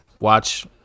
watch